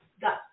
got